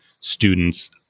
students